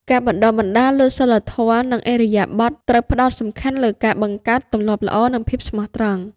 ការបណ្តុះបណ្តាលលើសីលធម៌ និងឥរិយាបថត្រូវផ្តោតសំខាន់លើការបង្កើតទម្លាប់ល្អនិងភាពស្មោះត្រង់។